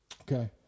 okay